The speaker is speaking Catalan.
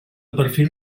perfil